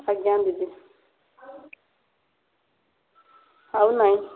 ଆଜ୍ଞା ଦିଦି ଆଉ ନାଇଁ